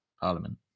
Parliament